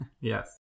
Yes